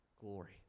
glory